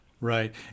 Right